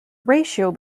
ratio